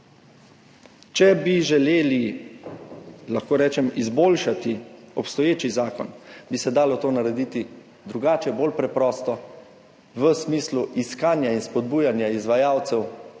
Če bi želeli izboljšati obstoječi zakon, bi se dalo to narediti drugače, bolj preprosto, v smislu iskanja in spodbujanja izvajalcev